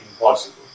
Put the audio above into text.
impossible